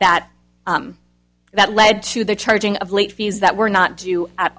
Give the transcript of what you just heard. that that led to the charging of late fees that were not due at